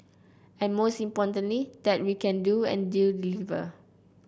and most importantly that we can do and do deliver